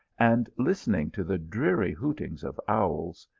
and listening to the dreary hootings of owls,